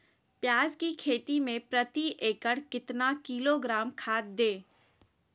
प्याज की खेती में प्रति एकड़ कितना किलोग्राम खाद दे?